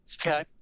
Okay